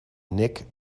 nick